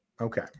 okay